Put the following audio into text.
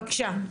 בבקשה.